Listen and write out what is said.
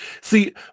See